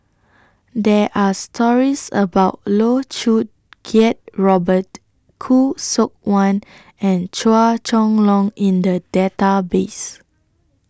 There Are stories about Loh Choo Kiat Robert Khoo Seok Wan and Chua Chong Long in The Database